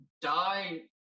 die